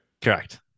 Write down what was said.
Correct